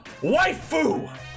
Waifu